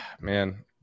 man